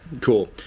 Cool